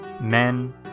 Men